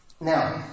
Now